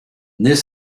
n’est